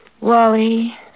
Wally